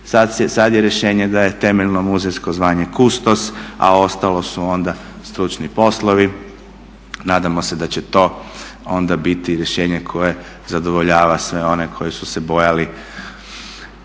sada je rješenje da je temeljno muzejsko zvanje kustos a ostalo su onda stručni poslovi. Nadamo se da će to onda biti rješenje koje zadovoljava sve one koji su se bojali